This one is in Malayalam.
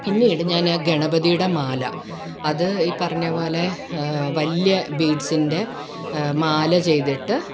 പിന്നീട് ഞാന് ഗണപതിയുടെ മാല അത് ഈ പറഞ്ഞത് പോലെ വലിയ ബീഡ്സ്സിൻ്റെ മാല ചെയ്തിട്ട്